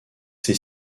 ses